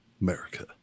America